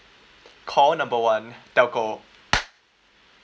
call number one telco